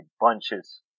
bunches